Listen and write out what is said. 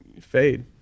fade